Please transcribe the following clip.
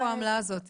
איפה העמלה הזו?